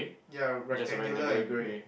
ya rectangular and grey